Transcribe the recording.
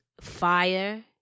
fire